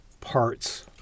parts